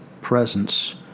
presence